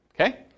Okay